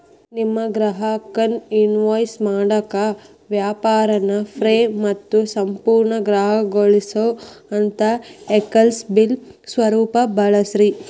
ನಿಮ್ಮ ಗ್ರಾಹಕರ್ನ ಇನ್ವಾಯ್ಸ್ ಮಾಡಾಕ ವ್ಯಾಪಾರ್ನ ಫ್ರೇ ಮತ್ತು ಸಂಪೂರ್ಣ ಗ್ರಾಹಕೇಯಗೊಳಿಸೊಅಂತಾ ಎಕ್ಸೆಲ್ ಬಿಲ್ ಸ್ವರೂಪಾನ ಬಳಸ್ರಿ